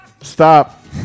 Stop